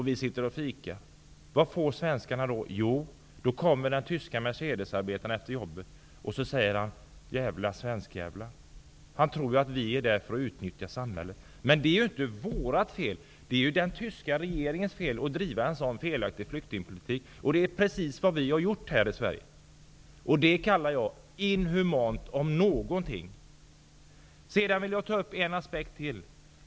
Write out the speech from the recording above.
Vi sitter och fikar. Vad får svenskarna då för rykte? Jo, den tyske Mercedesarbetaren kommer hem efter jobbet och säger: Jävla svenskjävlar. Han tror ju att vi är där för att utnyttja samhället. Men det är ju inte vårt fel; det är den tyska regeringens fel som driver en sådan felaktig flyktingpolitik. Det är precis vad vi har gjort här i Sverige. Det kallar jag inhumant. Jag vill ta upp ytterligare en aspekt.